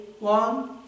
long